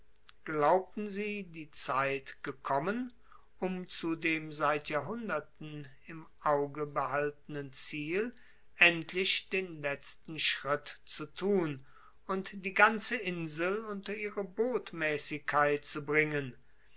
glaubten sie die zeit gekommen um zu dem seit jahrhunderten im auge behaltenen ziel endlich den letzten schritt zu tun und die ganze insel unter ihre botmaessigkeit zu bringen